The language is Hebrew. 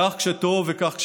כך כשטוב וכך כשרע.